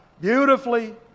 beautifully